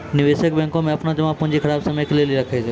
निवेशक बैंको मे अपनो जमा पूंजी खराब समय के लेली राखै छै